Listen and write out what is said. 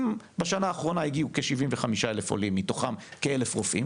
אם בשנה האחרונה הגיעו 75,000 עולים ומתוכם 1,000 רופאים,